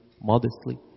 modestly